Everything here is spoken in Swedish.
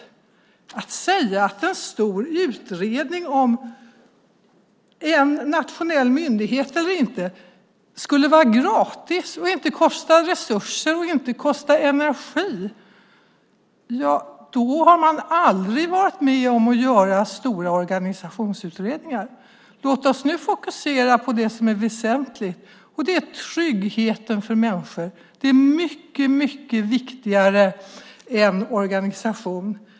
När man kan säga att en stor utredning om en nationell myndighet eller inte är gratis, inte kostar resurser eller energi, har man aldrig varit med om att göra stora organisationsutredningar. Låt oss nu fokusera på det som är väsentligt: tryggheten för människor. Detta är mycket viktigare än organisationsfrågan.